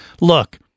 look